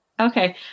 Okay